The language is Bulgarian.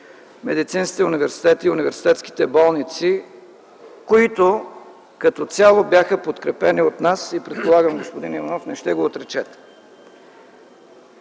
Медицинския университет и университетските болници, които като цяло бяха подкрепени от нас, и предполагам, господин Иванов, не ще го отречете.